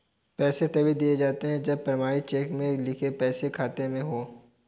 पैसे तभी दिए जाते है जब प्रमाणित चेक में लिखे पैसे बैंक खाते में हो